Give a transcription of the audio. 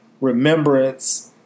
remembrance